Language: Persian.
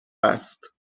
است